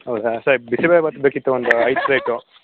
ಹೌದ ಸರ್ ಬಿಸಿಬೇಳೆಬಾತ್ ಬೇಕಿತ್ತು ಒಂದು ಐದು ಪ್ಲೇಟು